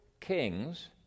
kings